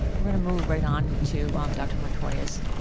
we're going to move right on to um dr. montoya's